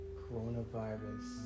coronavirus